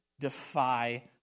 defy